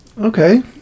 Okay